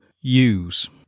use